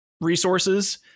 resources